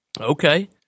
Okay